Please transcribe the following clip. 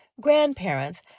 grandparents